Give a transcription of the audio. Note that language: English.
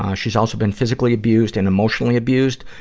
um she's also been physically abused and emotionally abused.